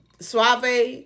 Suave